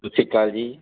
ਸਤਿ ਸ਼੍ਰੀ ਅਕਾਲ ਜੀ